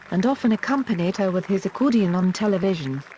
and often accompanied her with his accordion on television.